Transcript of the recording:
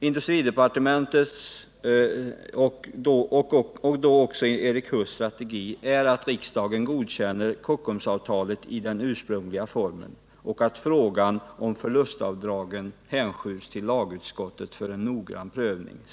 Industridepartementets, och då också Erik Huss, strategi är att riksdagen godkänner Kockumsavtalet i den ursprungliga formen. Och att frågan om förlustavdragen hänskjuts till lagutskottet för en noggrann prövning.